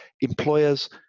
employers